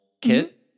kit